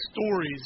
stories